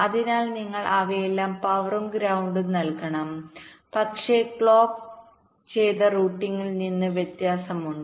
അതിനാൽ നിങ്ങൾ അവയെല്ലാം പവറും ഗ്രൌണ്ടും നൽകണം പക്ഷേ ക്ലോക്ക് ചെയ്ത റൂട്ടിംഗിൽ നിന്ന് വ്യത്യാസമുണ്ട്